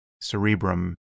cerebrum